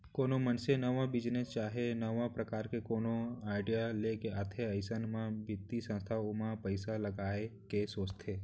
कोनो मनसे नवा बिजनेस चाहे नवा परकार के कोनो आडिया लेके आथे अइसन म बित्तीय संस्था ओमा पइसा लगाय के सोचथे